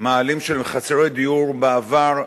מאהלים של חסרי דיור בעבר,